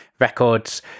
records